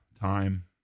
time